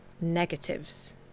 negatives